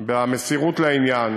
במסירות לעניין,